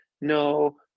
no